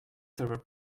server